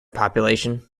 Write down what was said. population